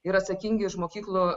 ir atsakingi už mokyklų